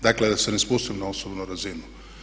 Dakle, da se ne spustim na osobnu razinu.